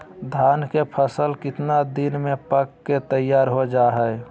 धान के फसल कितना दिन में पक के तैयार हो जा हाय?